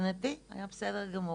היה בסדר גמור.